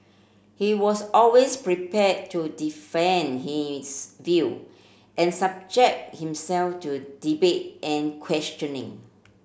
he was always prepared to defend his view and subject himself to debate and questioning